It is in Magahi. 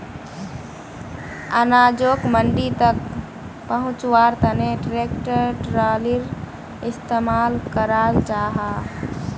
अनाजोक मंडी तक पहुन्च्वार तने ट्रेक्टर ट्रालिर इस्तेमाल कराल जाहा